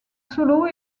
solo